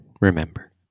Remember